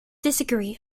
disagree